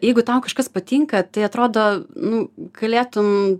jeigu tau kažkas patinka tai atrodo nu galėtum